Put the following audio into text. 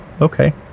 Okay